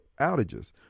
outages